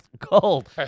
cold